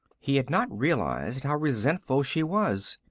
he had not realized how resentful she was.